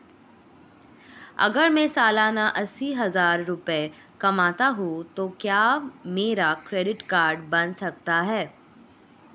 अगर मैं सालाना अस्सी हज़ार रुपये कमाता हूं तो क्या मेरा क्रेडिट कार्ड बन सकता है?